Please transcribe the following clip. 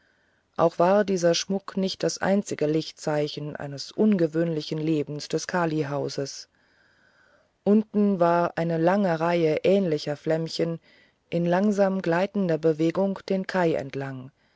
auch war dieser schmuck nicht das einzige lichtzeichen eines ungewöhnlichen lebens des kalihauses unten war eine lange reihe ähnlicher flämmchen in langsam gleitender bewegung den kai entlang